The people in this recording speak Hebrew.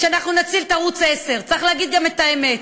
נציל את ערוץ 10. צריך להגיד גם את האמת.